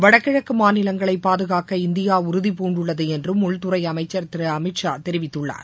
வடகிழக்கு மாநிலங்களை பாதுகாக்க இந்தியா உறுதிபூண்டுள்ளது என்றும் உள்துறை அமைச்சர் திரு அமித் ஷா தெரிவித்துள்ளார்